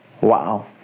Wow